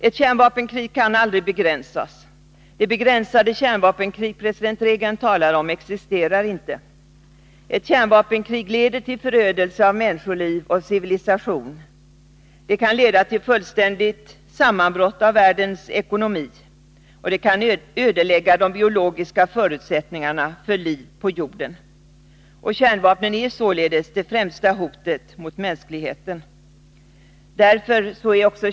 Ett kärnvapenkrig kan aldrig begränsas. Det begränsade kärnvapenkrig president Reagan talat om existerar inte. Ett kärnvapenkrig leder till förödelse av människoliv och civilisation. Det kan leda till fullständigt sammanbrott av världens ekonomi och det kan ödelägga de biologiska förutsättningarna för liv på jorden. Kärnvapnen är således det främsta hotet mot mänskligheten.